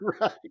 Right